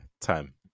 time